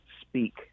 speak